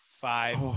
five